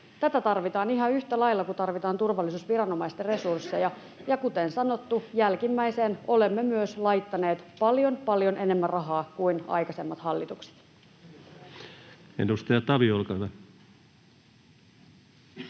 Tätä tarvitaan ihan yhtä lailla kuin tarvitaan turvallisuusviranomaisten resursseja, ja kuten sanottu, jälkimmäiseen olemme myös laittaneet paljon, paljon enemmän rahaa kuin aikaisemmat hallitukset.